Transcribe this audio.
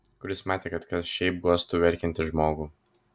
kur jis matė kad kas šitaip guostų verkiantį žmogų